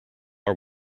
are